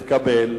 נתקבל.